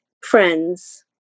friends